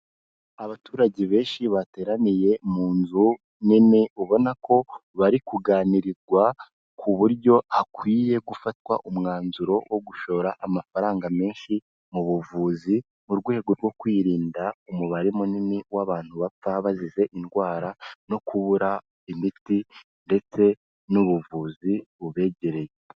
Abaturage benshi bateraniye mu nzu nini ubona ko bari kuganirirwa ku buryo hakwiye gufatwa umwanzuro wo gushora amafaranga menshi mu buvuzi, mu rwego rwo kwirinda umubare munini w'abantu bapfa bazize indwara, no kubura imiti ndetse n'ubuvuzi bubegereye.